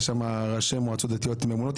יש שם ראשי מועצות דתיות ממונות.